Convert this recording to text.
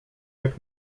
jak